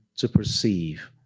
to perceive,